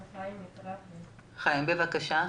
בבקשה.